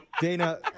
Dana